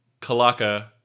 Kalaka